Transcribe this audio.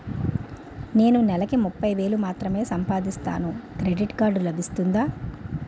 నేను నెల కి ముప్పై వేలు మాత్రమే సంపాదిస్తాను క్రెడిట్ కార్డ్ లభిస్తుందా?